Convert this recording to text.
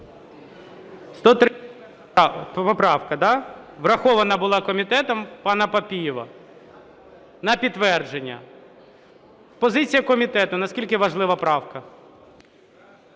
131 поправка, врахована була комітетом, пана Папієва. На підтвердження. Позиція комітету. Наскільки важлива правка?